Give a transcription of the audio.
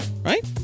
Right